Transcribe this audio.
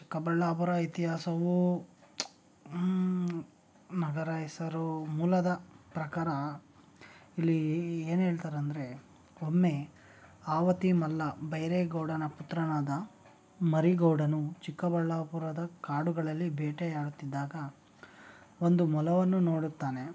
ಚಿಕ್ಕಬಳ್ಳಾಪುರ ಇತಿಹಾಸವು ನಗರ ಹೆಸರು ಮೂಲದ ಪ್ರಕಾರ ಇಲ್ಲಿ ಏನು ಹೇಳ್ತಾರಂದರೆ ಒಮ್ಮೆ ಆವತಿ ಮಲ್ಲ ಭೈರೇಗೌಡನ ಪುತ್ರನಾದ ಮರಿಗೌಡನು ಚಿಕ್ಕಬಳ್ಳಾಪುರದ ಕಾಡುಗಳಲ್ಲಿ ಬೇಟೆಯಾಡುತ್ತಿದ್ದಾಗ ಒಂದು ಮೊಲವನ್ನು ನೋಡುತ್ತಾನೆ